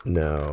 no